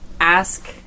ask